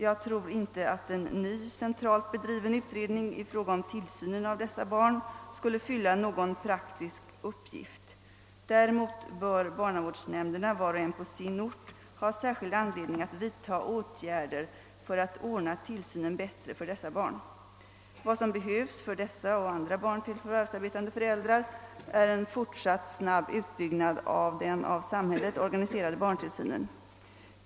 Jag tror inte att en ny centralt bedriven utredning i fråga om tillsynen av dessa barn skulle fylla någon praktisk uppgift. Däremot bör barnavårdsnämnderna var och en på sin ort ha särskild anledning att vidta åtgärder för att ordna tillsynen bättre för dessa barn. Vad som behövs för dessa och andra barn till förvärvsarbetande föräldrar är en fortsatt snabb utbyggnad av den av samhället organiserade barntillsynen.